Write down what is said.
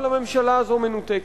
אבל הממשלה הזו מנותקת.